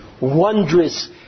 wondrous